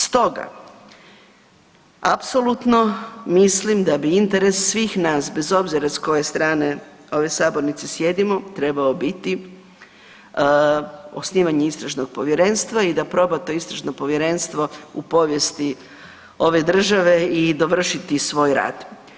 Stoga, apsolutno mislim da bi interes svih nas, bez obzira s koje strane ove sabornice sjedimo, trebao biti osnivanje Istražnog povjerenstva i da proba to Istražno povjerenstvo u povijesti ove države i dovršiti svoj rad.